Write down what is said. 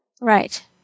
Right